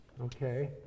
Okay